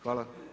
Hvala.